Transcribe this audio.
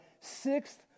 sixth